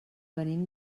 venim